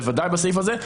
בוודאי בסעיף הזה,